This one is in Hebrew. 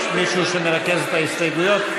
יש מישהו שמרכז את ההסתייגויות?